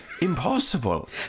Impossible